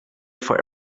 for